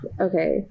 okay